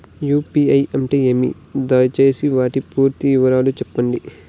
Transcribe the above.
UPI అంటే ఏమి? దయసేసి వాటి పూర్తి వివరాలు సెప్పండి?